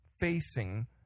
facing